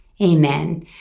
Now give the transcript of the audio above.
Amen